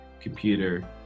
computer